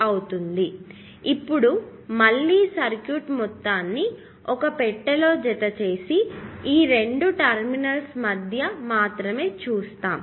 ఇప్పుడు మళ్ళీ సర్క్యూట్ మొత్తాన్ని ఒక పెట్టెలో జతచేసి ఈ రెండు టెర్మినల్స్ మాత్రమే చూద్దాం